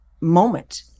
moment